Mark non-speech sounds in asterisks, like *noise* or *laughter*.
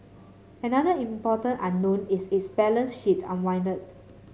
another important unknown is its balance sheet *unintelligible*